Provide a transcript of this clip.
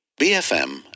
BFM